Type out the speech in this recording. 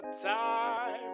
time